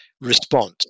response